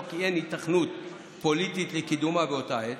כי אין היתכנות פוליטית לקידומה באותה עת.